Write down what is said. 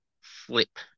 flip